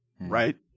right